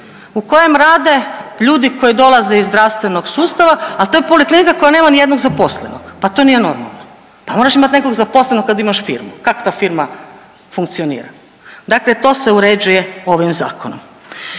u kojem rade ljude koji dolaze iz zdravstvenog sustava, a to je poliklinika koja nema ni jednog zaposlenog. Pa to nije normalno. Pa moraš imat nekog zaposlenog kad imaš firmu, kak ta firma funkcionira? Dakle to se uređuje ovim zakonom.